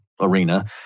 arena